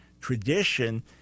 tradition